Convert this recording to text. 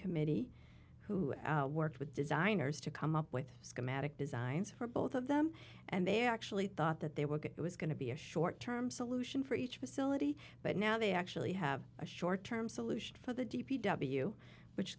committee who worked with designers to come up with a schematic designs for both of them and they actually thought that they would get was going to be a short term solution for each facility but now they actually have a short term solution for the d p w which